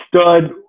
stud